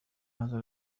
هذا